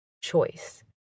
choice